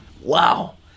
Wow